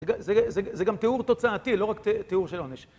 זה גם תיאור תוצאתי, לא רק תיאור של עונש.